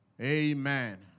Amen